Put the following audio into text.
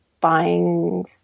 buying